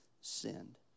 sinned